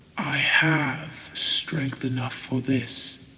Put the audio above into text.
i have strength enough for this.